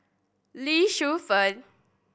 Lee Shu Fen